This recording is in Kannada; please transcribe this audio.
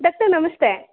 ಡಾಕ್ಟರ್ ನಮಸ್ತೆ